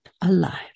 alive